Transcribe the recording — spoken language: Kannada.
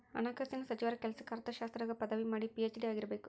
ಹಣಕಾಸಿನ ಸಚಿವರ ಕೆಲ್ಸಕ್ಕ ಅರ್ಥಶಾಸ್ತ್ರದಾಗ ಪದವಿ ಮಾಡಿ ಪಿ.ಹೆಚ್.ಡಿ ಆಗಿರಬೇಕು